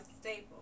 staple